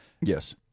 Yes